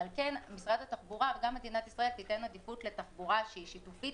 על כן משרד התחבורה וגם מדינת ישראל תתן עדיפות לתחבורה שהיא שיתופית,